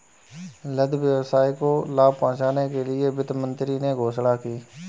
लघु व्यवसाय को लाभ पहुँचने के लिए वित्त मंत्री ने घोषणा की